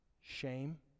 shame